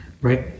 right